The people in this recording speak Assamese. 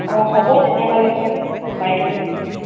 অঁ হ'ব তেনেহ'লে বাইদেউ